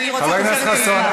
חבר הכנסת חסון.